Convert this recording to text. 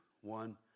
one